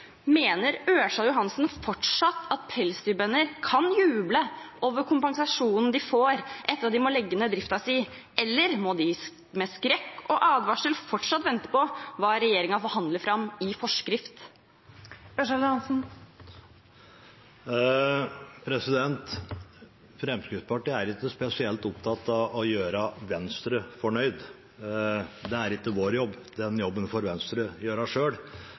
Mener Ørsal Johansen fortsatt at pelsdyrbønder kan juble over kompensasjonen de får etter at de må legge ned driften, eller må de med skrekk og gru fortsatt vente på hva regjeringen forhandler fram i forskrift? Fremskrittspartiet er ikke spesielt opptatt av å gjøre Venstre fornøyd. Det er ikke vår jobb, den jobben får Venstre